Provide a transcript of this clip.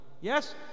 Yes